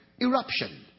eruption